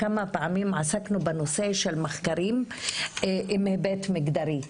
כמה פעמים עסקנו בנושא של מחקרים עם היבט מגדרי.